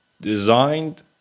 designed